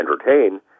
entertain